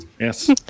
Yes